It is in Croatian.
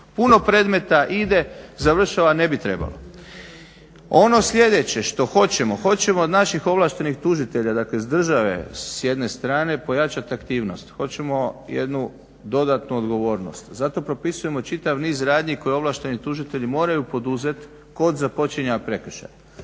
Puno predmeta ide, završava a ne bi trebalo. Ono sljedeće što hoćemo, hoćemo od naših ovlaštenih tužitelja dakle s države s jedne strane pojačati aktivnost. Hoćemo jednu dodatnu odgovornost. Zato propisujemo čitav niz radnji koje ovlašteni tužitelji moraju poduzeti kod započinjanja prekršaja.